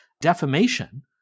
defamation